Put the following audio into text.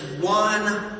one